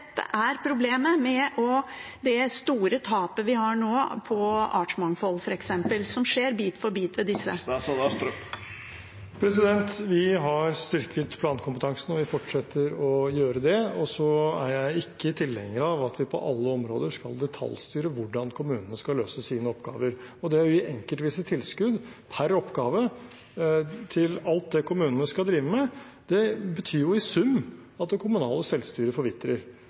store tapet vi har på f.eks. artsmangfold, som skjer bit for bit. Vi har styrket plankompetansen, og vi fortsetter å gjøre det. Jeg er ikke tilhenger av at vi på alle områder skal detaljstyre hvordan kommunene skal løse sine oppgaver. Det å gi enkeltvise tilskudd per oppgave til alt det kommunene skal drive med, betyr jo i sum at det kommunale selvstyret forvitrer.